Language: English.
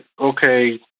okay